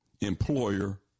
employer